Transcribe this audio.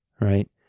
right